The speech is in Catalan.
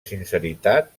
sinceritat